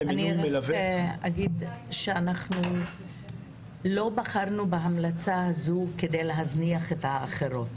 אנחנו לא בחרנו בהמלצה הזו כדי להזניח את האחרות.